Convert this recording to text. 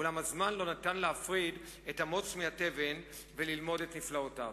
אולם הזמן לא נתן להפריד את הבר מן התבן וללמוד את נפלאותיו.